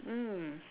mm